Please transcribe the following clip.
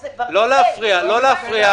זה ממש נבנה בימים אלה.